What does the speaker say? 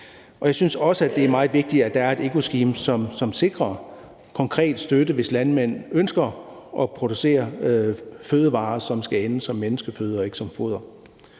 Og jeg synes også, at det er meget vigtigt, at der er et eco scheme, som sikrer konkret støtte, hvis landmænd ønsker at producere fødevarer, som skal ende som menneskeføde og ikke som foder.